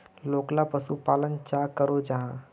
लोकला पशुपालन चाँ करो जाहा?